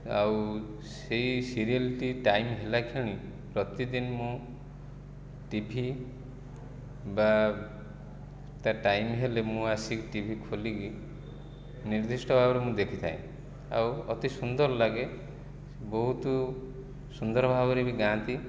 ଆଉ ସେହି ସିରିଏଲ୍ଟି ଟାଇମ୍ ହେଲା କ୍ଷଣି ପ୍ରତିଦିନ ମୁଁ ଟିଭି ବା ତା ଟାଇମ୍ ହେଲେ ମୁଁ ଆସିକି ଟିଭି ଖୋଲିକି ନିର୍ଦ୍ଧିଷ୍ଟ ଭାବରେ ମୁଁ ଦେଖିଥାଏ ଆଉ ଅତି ସୁନ୍ଦର ଲାଗେ ବହୁତ ସୁନ୍ଦର ଭାବରେ ବି ଗାଆନ୍ତି